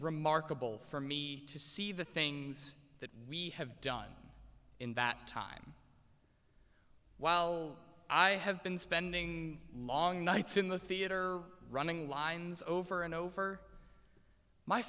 remarkable for me to see the things that we have done in that time while i have been spending long nights in the theater running lines over and over my